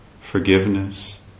forgiveness